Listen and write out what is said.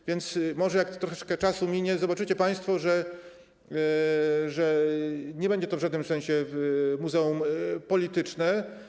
A więc może jak troszeczkę czasu minie, zobaczycie państwo, że nie będzie to w żadnym sensie muzeum polityczne.